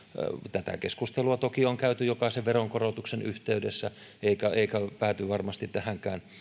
tätä keskustelua toki on käyty jokaisen veronkorotuksen yhteydessä eikä se pääty varmasti tähänkään